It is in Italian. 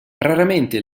raramente